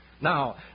Now